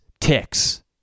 ticks